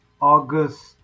August